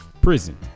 prison